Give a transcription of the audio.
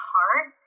Heart